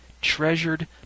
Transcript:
treasured